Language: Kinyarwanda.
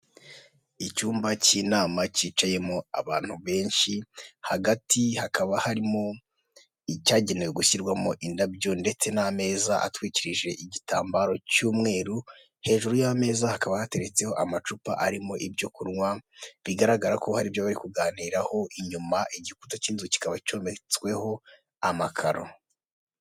Icyumba cy'inama cyicayemo abantu benshi, hagati hakaba harimo icyagenewe gushyirwamo indabyo ndetse n'ameza atwikirije igitambaro cy'umweru, hejuru y'ameza hakaba hateretseho amacupa arimo ibyo kunywa, bigaragara ko hari ibyo bari kuganiraho, inyuma igikuta cy'inzu kikaba cyometsweho amakaro.